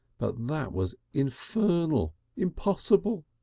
but that was infernal impossible.